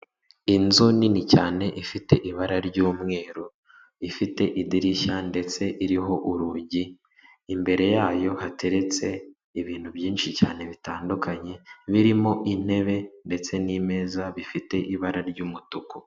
Inzu nini cyane ifite ibara ry'umweru ifite idirishya ndetse iriho urugi imbere yayo hateretse ibintu byinshi cyane bitandukanye birimo intebe ndetse n'imeza bifite ibara ry'umutuku.